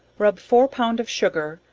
rub four pound of sugar,